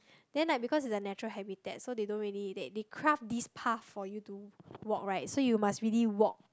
then like because it's a natural habitat so they don't really they they craft this path for you to walk right so you must really walk